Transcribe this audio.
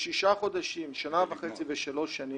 ששישה חודשים, שנה וחצי ושלוש שנים.